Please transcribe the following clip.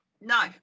no